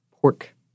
pork